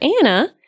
Anna